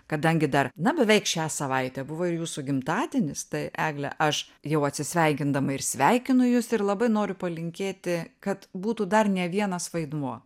kadangi dar na beveik šią savaitę buvo ir jūsų gimtadienis tai egle aš jau atsisveikindama ir sveikinu jus ir labai noriu palinkėti kad būtų dar ne vienas vaidmuo